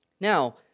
Now